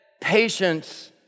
Patience